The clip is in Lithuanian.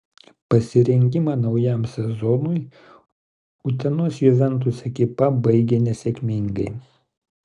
pasirengimą naujam sezonui utenos juventus ekipa baigė nesėkmingai